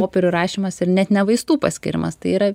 popierių rašymas ir net ne vaistų paskyrimas tai yra